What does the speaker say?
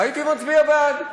הייתי מצביע בעד,